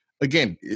again